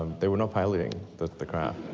they were not piloting the the craft.